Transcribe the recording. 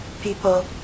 people